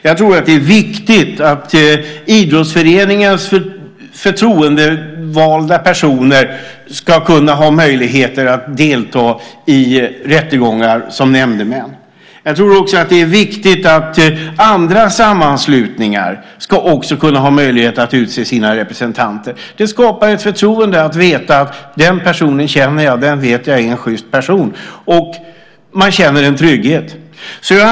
Jag tror att det är viktigt att idrottsföreningarnas förtroendevalda har möjlighet att delta som nämndemän i rättegångar. Det är också viktigt att andra sammanslutningar har möjlighet att utse sina representanter. Det skapar ett förtroende när man känner en person och vet att det är en sjyst person, och man känner trygghet.